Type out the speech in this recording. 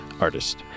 artist